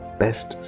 best